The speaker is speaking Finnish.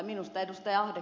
minusta ed